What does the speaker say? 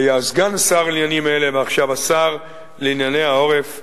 שהיה סגן שר לעניינים אלה ועכשיו שר לענייני העורף,